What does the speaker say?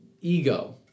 ego